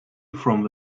from